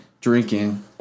drinking